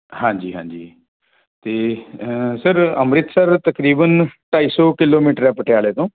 ਹਾਂਜੀ ਹਾਂਜੀ ਅਤੇ ਸਰ ਅੰਮ੍ਰਿਤਸਰ ਤਕਰੀਬਨ ਢਾਈ ਸੌ ਕਿਲੋਮੀਟਰ ਆ ਪਟਿਆਲੇ ਤੋਂ